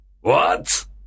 What